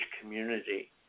community